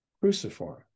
Cruciform